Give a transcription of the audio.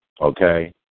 okay